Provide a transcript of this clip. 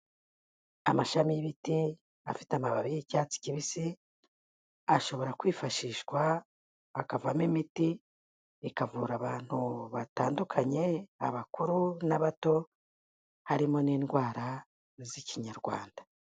Amashami y'ibiti afite amababi y'icyatsi kibisi, ashobora kwifashishwa hakavamo imiti, ikavura abantu batandukanye, abakuru n'abato, harimo n'indwara z'Ikinyarwanda.